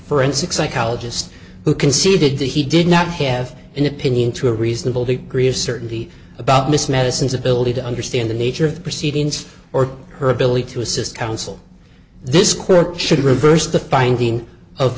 forensic psychologist who conceded that he did not have an opinion to a reasonable degree of certainty about miss medicine's ability to understand the nature of the proceedings or her ability to assist counsel this court should reverse the finding of